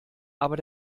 aber